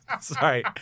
Sorry